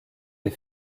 des